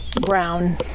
brown